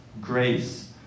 grace